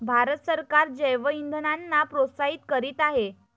भारत सरकार जैवइंधनांना प्रोत्साहित करीत आहे